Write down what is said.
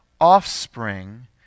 offspring